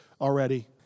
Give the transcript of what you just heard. already